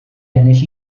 ennill